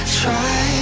try